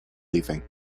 leaving